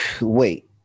Wait